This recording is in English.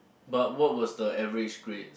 but what was the average grade